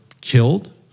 killed